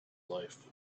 life